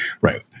Right